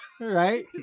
Right